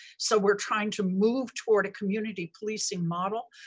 so we're trying to move towards a community policing model,